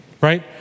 right